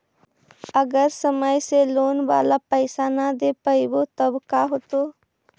अगर समय से लोन बाला पैसा न दे पईबै तब का होतै?